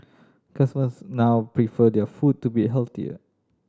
customers now prefer their food to be healthier